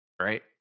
right